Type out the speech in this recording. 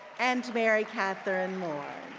and mary katherine warren.